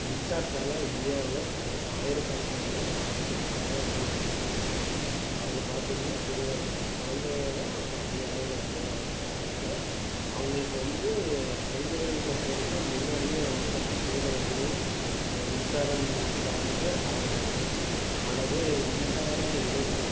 மின்சாரத்தால் இந்தியாவில் பல ஆயிரக்கணக்கானோர் பாதிக்கப்பட்டு தான் இன்னும் வந்துட்டுருக்காங்க அதில் பார்த்தீங்கன்னா சிறுவர்கள் குழந்தைகள் தான் அதிகளவில் வந்து பாதிக்கிறாங்க ஏன்னா அவங்களுக்கு வந்து குழந்தைகள் பொறுத்த வரைக்கும் முன்னாடியே வந்து நம்ம கீழே எதுவும் மின்சாரம் சார்ந்த சாதனங்கள் அல்லது மின்சார இணைப்பு